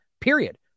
period